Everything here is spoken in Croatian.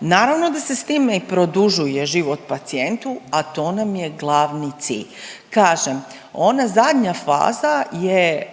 naravno da se s time i produžuje život pacijentu, a to nam je glavni cilj. Kažem, ona zadnja faza je